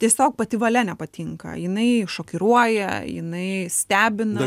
tiesiog pati valia nepatinka jinai šokiruoja jinai stebina